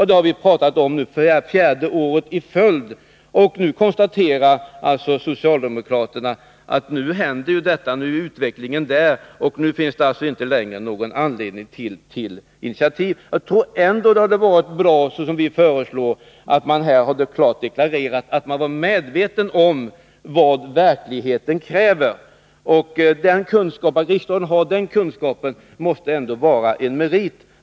Detta pratar vi om nu för fjärde året i följd. Socialdemokraterna konstaterar att nu är utvecklingen där och att det inte längre finns någon anledning till initiativ. Jag tror ändå att det hade varit bra om man, som vi föreslår, klart hade deklarerat att man är medveten om vad verkligheten kräver. Att riksdagen har den kunskapen måste vara en merit.